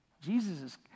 Jesus